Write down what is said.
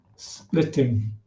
splitting